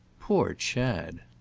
poor chad!